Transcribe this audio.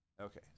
Okay